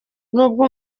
nubwo